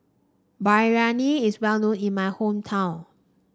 Biryani is well known in my hometown